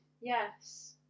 Yes